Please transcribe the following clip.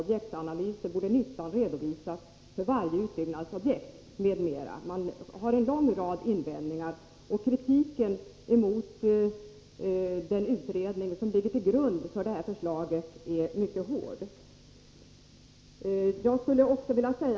objektsanalyser borde nyttan redovisas för varje utbyggnadsobjekt m.m. Man har en lång rad invändningar, och kritiken mot den SJ-utredning som ligger till grund för förslaget är mycket hård.